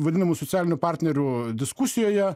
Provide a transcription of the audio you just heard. vadinamų socialinių partnerių diskusijoje